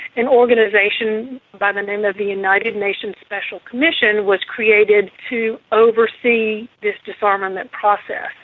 an organisation by the name of the united nations special commission was created to oversee this disarmament process,